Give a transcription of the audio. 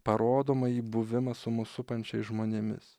parodomąjį buvimą su mus supančiais žmonėmis